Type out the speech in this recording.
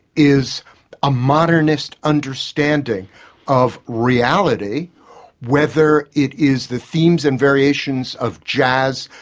is a modernist understanding of reality whether it is the themes and variations of jazz,